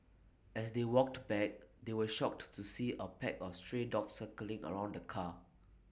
as they walked back they were shocked to see A pack of stray dogs circling around the car